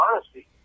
honesty